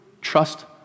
trust